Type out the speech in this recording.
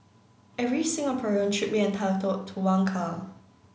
every Singaporean should be entitled to one car